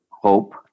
hope